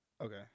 okay